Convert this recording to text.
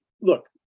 look